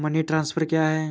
Money transfer क्या है?